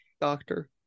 doctor